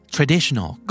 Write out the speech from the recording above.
Traditional